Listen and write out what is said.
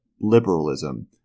liberalism